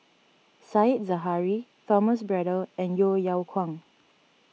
Said Zahari Thomas Braddell and Yeo Yeow Kwang